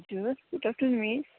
हजुर good afternoon miss